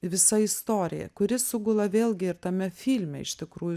visa istorija kuri sugula vėlgi ir tame filme iš tikrųjų